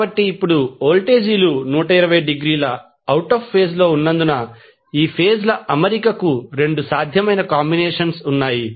కాబట్టి ఇప్పుడు వోల్టేజీలు 120 డిగ్రీల అవుట్ ఆఫ్ ఫేజ్ లో ఉన్నందున ఈ ఫేజ్ ల అమరికకు 2 సాధ్యమైన కాంబినేషన్లు ఉన్నాయి